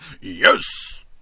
Yes